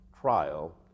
Trial